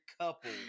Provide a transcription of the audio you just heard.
couple